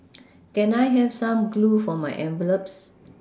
can I have some glue for my envelopes